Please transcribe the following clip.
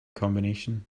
combination